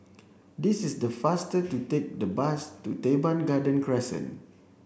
this is the faster to take the bus to Teban Garden Crescent